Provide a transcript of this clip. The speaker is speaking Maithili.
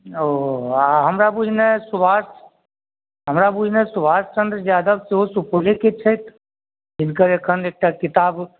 ओ आ हमरा बुझने सुभाष हमरा बुझने सुभाष चन्द्र यादव सेहो सुपौले के छथि जिनकर एखन एकटा किताब